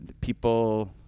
people